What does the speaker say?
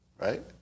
Right